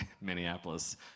Minneapolis